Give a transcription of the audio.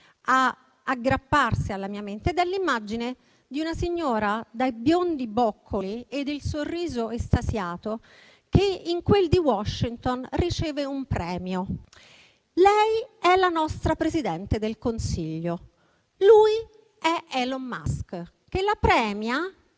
ad aggrapparsi alla mia mente ed è quella di una signora dai biondi boccoli ed il sorriso estasiato che in quel di Washington riceve un premio. Lei è la nostra Presidente del Consiglio, lui è Elon Musk, che la premia